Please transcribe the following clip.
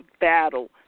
battle